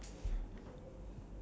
or just wait